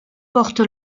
porte